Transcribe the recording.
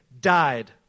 died